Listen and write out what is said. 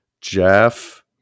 Jeff